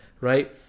right